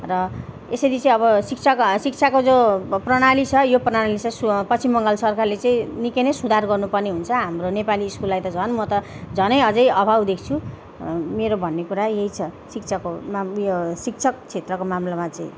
र यसरी चाहिँ अब शिक्षाको शिक्षाको जो प्रणाली छ यो प्रणाली छ सु पश्चिम बङ्गाल सरकारले चाहिँ निकै नै सुधार गर्नुपर्ने हुन्छ हाम्रो नेपाली स्कुललाई त झन् म त झनै अझै अभाव देख्छु मेरो भन्ने कुरा यही छ शिक्षाको मा उयो शिक्षक क्षेत्रको मामिलामा चाहिँ